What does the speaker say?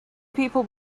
people